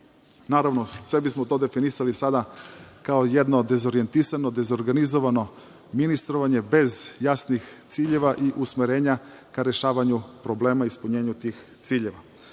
sve bismo to definisali sada kao jedno dezorijentisano, dezorganizovano ministrovanje bez jasnih ciljeva i usmerenja ka rešavanju problema i ispunjenju tih ciljeva. Šta